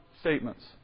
statements